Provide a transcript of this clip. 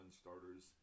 starters